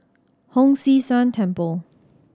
Hong San See Temple